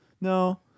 No